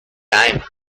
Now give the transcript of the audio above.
time